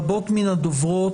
רבות מן הדוברות,